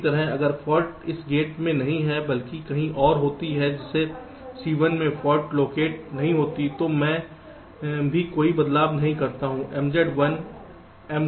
इसी तरह अगर फाल्ट इस गेट में नहीं बल्कि कहीं और होती है जिसमें Cl में फाल्ट लोकेट नहीं होती है तो मैं भी कोई बदलाव नहीं करता हूं MZ 1 Mo 0 है